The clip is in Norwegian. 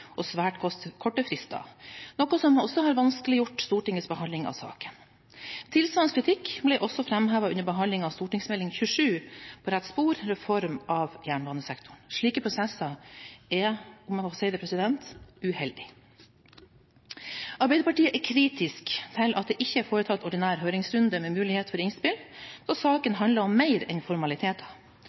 og svært korte frister, noe som har vanskeliggjort Stortingets behandling av saken. Tilsvarende kritikk ble også framhevet under behandlingen av Meld. St. 27 for 2014–2015, På rett spor – Reform av jernbanesektoren. Slike prosesser er – om jeg må få si det – uheldig. Arbeiderpartiet er kritisk til at det ikke er foretatt ordinær høringsrunde med mulighet for innspill, da saken handler om mer enn formaliteter.